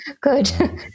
Good